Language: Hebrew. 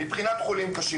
מבחינת חולים קשים,